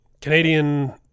Canadian